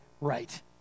Right